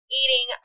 eating